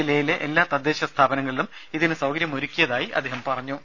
ജില്ലയിലെ എല്ലാ തദ്ദേശ സ്ഥാപനങ്ങളിലും ഇതിന് സൌകര്യമൊരുക്കിയതായും അദ്ദേഹം പറഞ്ഞു